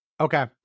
Okay